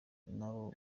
n’abo